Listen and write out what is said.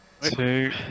two